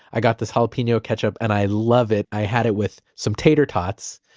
i got this jalapeno ketchup, and i love it. i had it with some tater tots,